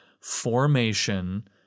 formation